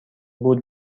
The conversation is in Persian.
بود